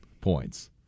points